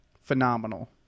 Phenomenal